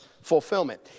fulfillment